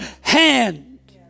hand